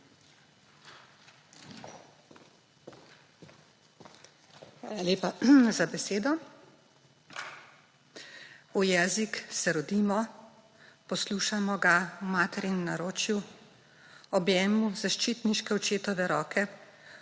Hvala lepa za besedo. V jezik se rodimo, poslušamo ga v materinem naročju, v objemu zaščitniške očetove roke,